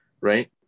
right